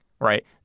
Right